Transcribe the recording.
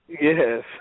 Yes